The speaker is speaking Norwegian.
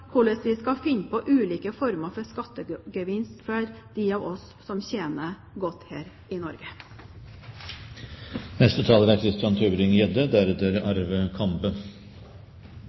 hvordan vi skal finne på ulike former for skattegevinst for dem av oss som tjener godt i Norge. I Stortinget er